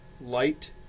light